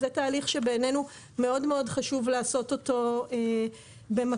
זה תהליך שבעינינו חשוב מאוד לעשות אותו במקביל.